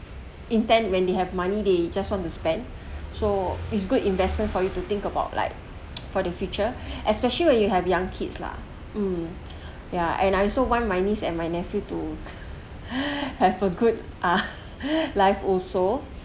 intent when they have money they just want to spend so it's good investment for you to think about like for the future especially when you have young kids lah um yeah and I also want my niece and my nephew to have a good ah life also